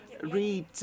read